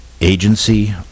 agency